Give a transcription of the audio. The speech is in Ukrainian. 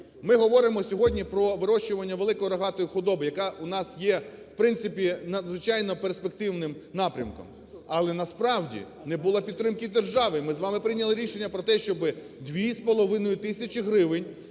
Ми говоримо сьогодні про вирощування великої рогатої худоби, яка у нас є в принципі надзвичайно перспективним напрямком. Але насправді не було підтримки держави, і ми з вам прийняли рішення про те, щоби 2,5 тисячі гривень